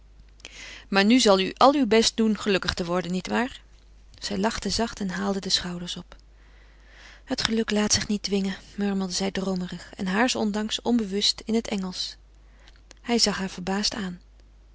maar nu zal u al uw best doen gelukkig te worden niet waar zij haalde de schouders op het geluk laat zich niet dwingen murmelde zij droomerig en haars ondanks onbewust in het engelsch hij zag haar verbaasd aan